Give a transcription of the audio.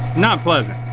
not pleasant.